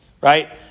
right